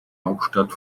hauptstadt